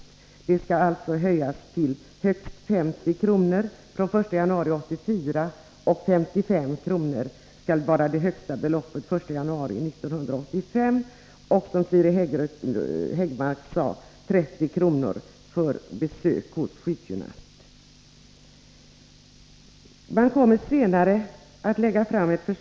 Avgiften för läkarbesök skall höjas till högst 50 kr. från den 1 januari 1984, och 55 kr. skall vara det högsta beloppet den 1 januari 1985. Som Siri Häggmark sade kommer avgiften för besök hos sjukgymnast att bli 30 kr. från den 1 januari 1984.